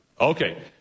Okay